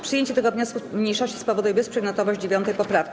Przyjęcie tego wniosku mniejszości spowoduje bezprzedmiotowość 9. poprawki.